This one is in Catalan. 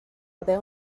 haver